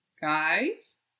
Guys